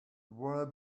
will